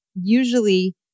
usually